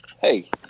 Hey